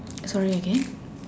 sorry again